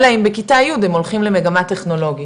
אלא אם בכתה י' הם הולכים למגמה טכנולוגית,